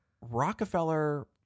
Rockefeller